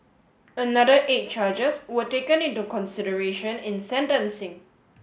another eight charges were taken into consideration in sentencing